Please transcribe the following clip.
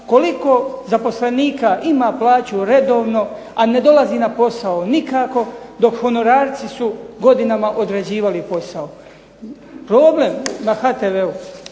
koliko zaposlenika ima plaću redovno, a ne dolazi na posao nikako dok honorarci su godinama odrađivali posao. Problem na HTV-u